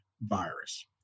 virus